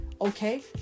okay